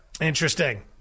Interesting